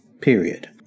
Period